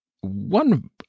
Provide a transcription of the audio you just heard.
one